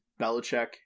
Belichick